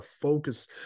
focus